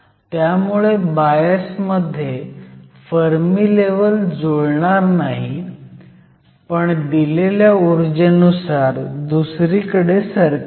त्यामुळे बायस मध्ये Fermi level जुळणार नाही पण दिलेल्या उर्जेनुसार दुसरीकडे सरकेल